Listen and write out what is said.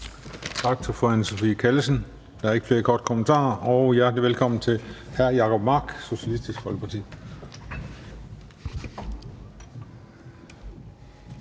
Tak til fru Anne Sophie Callesen. Der er ikke flere korte kommentarer. Hjertelig velkommen til hr. Jacob Mark, Socialistisk Folkeparti.